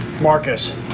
Marcus